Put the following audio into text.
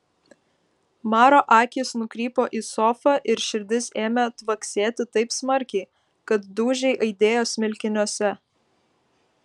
maro akys nukrypo į sofą ir širdis ėmė tvaksėti taip smarkiai kad dūžiai aidėjo smilkiniuose